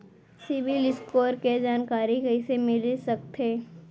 CIBIL score के जानकारी कइसे मिलिस सकथे?